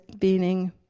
meaning